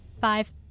five